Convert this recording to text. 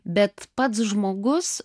bet pats žmogus